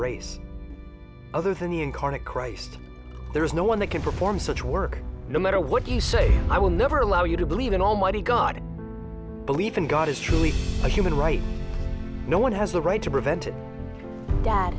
race other than the incarnate christ there is no one that can perform such work no matter what you say i will never allow you to believe in almighty god and believe in god is truly a human right no one has the right to prevent it